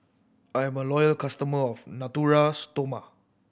I'm a loyal customer of Natura Stoma